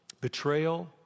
betrayal